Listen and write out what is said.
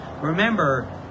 Remember